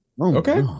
Okay